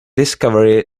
discovery